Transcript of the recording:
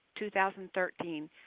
2013